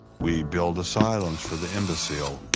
we build asylums for the imbecile,